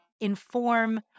inform